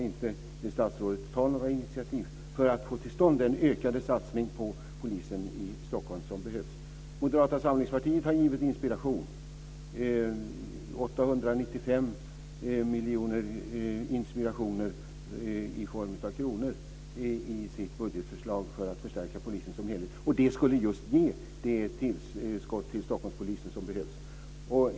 Moderata samlingspartiet har givit inspiration - 895 miljoner inspirationer i form av kronor - i sitt budgetförslag för att förstärka polisen som helhet. Det skulle just ge det tillskott till Stockholmspolisen som behövs.